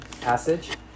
passage